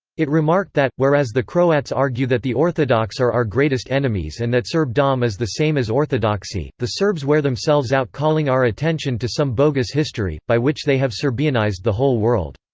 it remarked that whereas the croats argue that the orthodox are our greatest enemies and that serbdom is the same as orthodoxy, the serbs wear themselves out calling our attention to some bogus history, by which they have serbianized the whole world.